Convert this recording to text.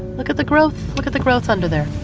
look at the growth. look at the growth under there.